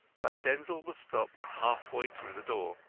but denzil was stopped halfway through the door.